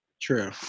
True